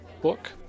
book